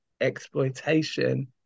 Exploitation